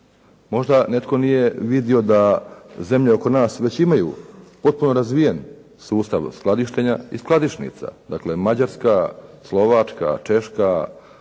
Možda netko nije vidio da zemlje oko nas već imaju potpuno razvijen sustav skladištenja i skladišnica. Dakle, Mađarska, Slovačka, Češka,